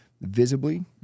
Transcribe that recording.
visibly